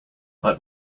let